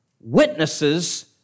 witnesses